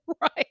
right